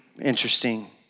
interesting